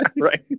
right